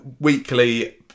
weekly